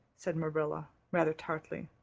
said marilla rather tartly.